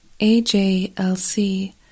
AJLC